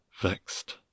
vexed